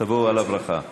תבוא עליכם הברכה.